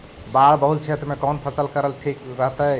बाढ़ बहुल क्षेत्र में कौन फसल करल ठीक रहतइ?